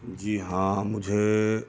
जी हाँ मुझे